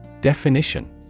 Definition